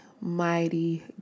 mighty